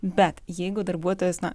bet jeigu darbuotojas na